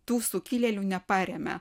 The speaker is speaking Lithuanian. tų sukilėlių neparėmė